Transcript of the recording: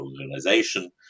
Organization